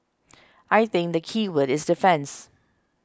I think the keyword is defence